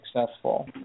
successful